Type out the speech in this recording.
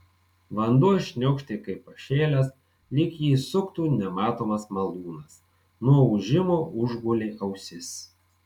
vanduo šniokštė kaip pašėlęs lyg jį suktų nematomas malūnas nuo ūžimo užgulė ausis